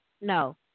no